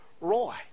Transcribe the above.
Roy